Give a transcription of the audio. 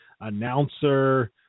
announcer